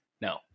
No